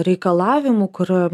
reikalavimų kur